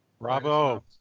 Bravo